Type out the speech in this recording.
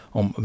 om